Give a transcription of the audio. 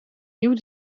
nieuw